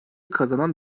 kazanan